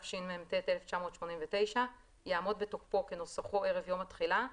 התשמ"ט-1989 יעמוד בתוקפו כנוסחו ערב יום התחילה,